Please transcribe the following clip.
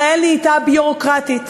ישראל נהייתה ביורוקרטית,